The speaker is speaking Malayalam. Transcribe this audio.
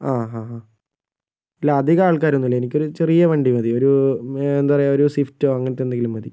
ആ ഹാ ഹാ ഇല്ല അധികം ആൾക്കാരൊന്നുമില്ല എനിക്കൊരു ചെറിയ വണ്ടി മതി ഒരു എന്താ പറയുക ഒരു സ്വിഫ്റ്റോ അങ്ങനത്തെ എന്തെങ്കിലും മതി